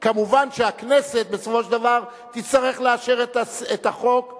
מובן שהכנסת בסופו של דבר תצטרך לאשר את הסעיף